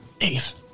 Eve